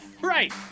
Right